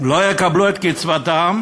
לא יקבלו את קצבתם